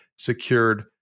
secured